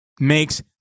makes